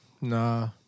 Nah